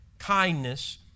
Kindness